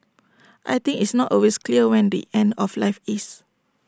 I think it's not always clear when the end of life is